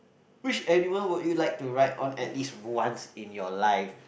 which animal would you like to ride on at least once in your life